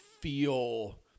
feel